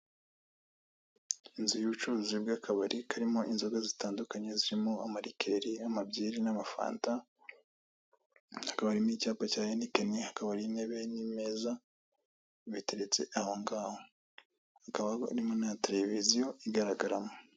Inzu y'ubucuruzi bw'akabari karimo inzoga zitandukanye zirimo amalikeri, amabyeri n'amafanta. Hakaba hari n'icyapa cya henikeni, hakaba hari n'intebe n'imeza biteretse ahongaho, hakaba harimo na televiziyo igaragaramo.